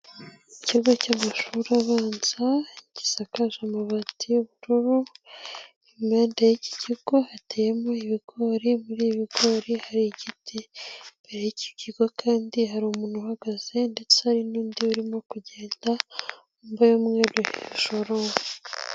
Ikigo cy'amashuri abanza gisakaje amabati y'ubururu impande y'iki kigo ateyemo ibigori, muri ibigori hari igiti mbere y cy' kigo kandi hari umuntu uhagaze ndetse hari n'undi urimo kugenda wambaye umweru hejuru.